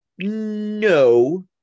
No